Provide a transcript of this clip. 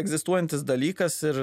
egzistuojantis dalykas ir